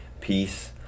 peace